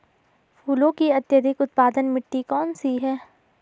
फूलों की अत्यधिक उत्पादन मिट्टी कौन सी है?